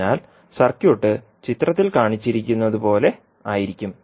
അതിനാൽ സർക്യൂട്ട് ചിത്രത്തിൽ കാണിച്ചിരിക്കുന്നതുപോലെ ആയിരിക്കും